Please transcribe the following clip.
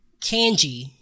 Kanji